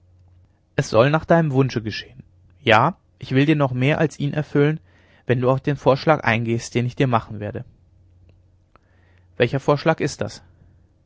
es soll nach deinem wunsche geschehen ja ich will dir noch mehr als ihn erfüllen wenn du auf den vorschlag eingehst den ich dir machen werde welcher vorschlag ist das